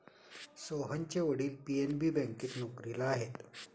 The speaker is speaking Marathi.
सोहनचे वडील पी.एन.बी बँकेत नोकरीला आहेत